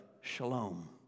shalom